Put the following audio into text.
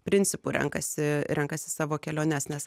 principu renkasi renkasi savo keliones nes